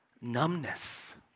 numbness